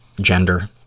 gender